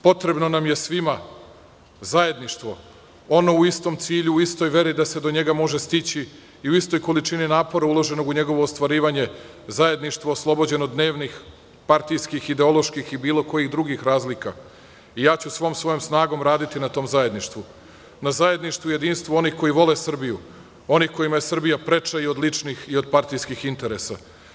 Potrebno nam je svima zajedništvo, ono u istom cilju i istoj veri da se do njega može stići i u istoj količini napora uloženog u njegovo ostvarivanje, zajedništvo oslobođeno od dnevnih, partijskih, ideoloških i bilo kojih drugih razlika i ja ću svom svojom snagom raditi na tom zajedništvu, na zajedništvu i jedinstvu onih koji vole Srbiju, onih kojima je Srbija preča od ličnih i od partijskih interesa.